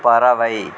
பறவை